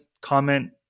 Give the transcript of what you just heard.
comment